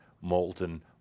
molten